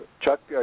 Chuck